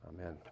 Amen